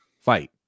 fight